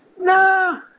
No